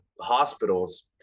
hospitals